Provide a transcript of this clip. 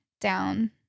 down